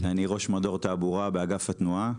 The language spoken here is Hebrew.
ראש מדור תעבורה באגף התנועה.